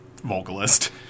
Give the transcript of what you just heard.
Vocalist